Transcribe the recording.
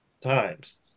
times